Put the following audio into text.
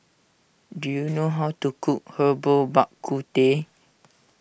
do you know how to cook Herbal Bak Ku Teh